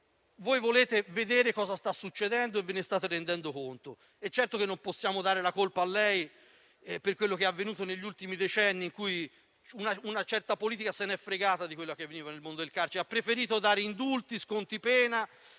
voi volete vedere cosa sta succedendo e ve ne state rendendo conto. Certo che non possiamo dare la colpa a lei per quello che è avvenuto negli ultimi decenni, in cui una certa politica se n'è fregata di quello che avveniva nel mondo del carcere e ha preferito dare indulti, sconti di pena